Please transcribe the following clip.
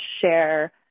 share